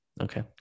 Okay